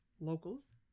Locals